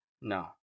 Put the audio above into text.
No